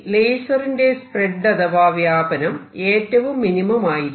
ലേസറിന്റെ spread അഥവാ വ്യാപനം ഏറ്റവും മിനിമം ആയിരിക്കും